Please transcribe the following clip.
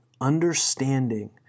Understanding